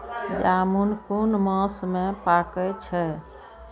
जामून कुन मास में पाके छै?